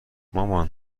مامان